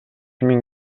миң